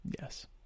Yes